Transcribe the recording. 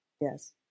Yes